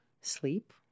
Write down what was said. sleep